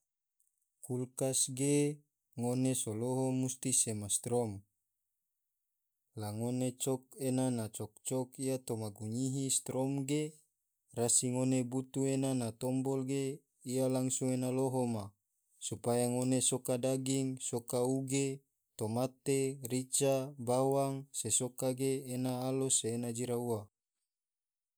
Kulkas ge ngone so loho musti sema strom la ngone cok ena na cok-cok ia toma gunyihi strom ge rasi ngone butu ena na tombol ge ia langsung ena loho ma supaya ngone soka daging, soka uge, tomate, rica, bawang, se soka ge ena alo se ena jira ua.